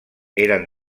eren